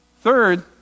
Third